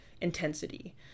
intensity